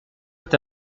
est